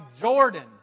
Jordan